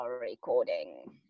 recording